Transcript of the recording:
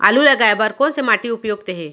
आलू लगाय बर कोन से माटी उपयुक्त हे?